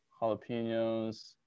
jalapenos